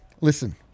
listen